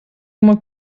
uma